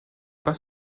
pas